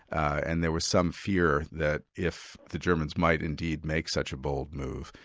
and there was some fear that if the germans might indeed make such a bold move.